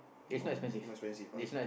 oh not expensive ah